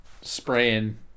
spraying